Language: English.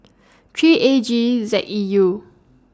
three A G Z E U